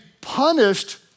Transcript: punished